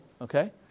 okay